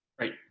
Right